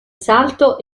salto